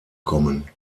kommen